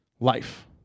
Life